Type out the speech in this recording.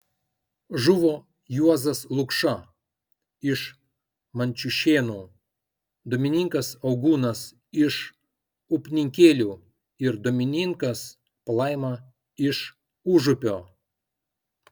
žuvo juozas lukša iš mančiušėnų domininkas augūnas iš upninkėlių ir domininkas palaima iš užupio